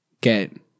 get